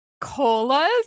colas